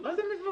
מה זה "מבואות"?